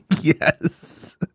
Yes